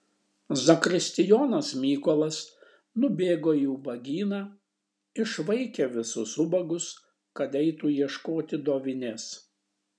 zakristijonas mykolas nubėgo į ubagyną išvaikė visus ubagus kad eitų ieškoti dovinės